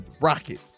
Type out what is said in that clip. rocket